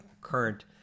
current